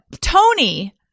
tony